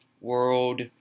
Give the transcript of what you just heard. world